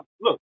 Look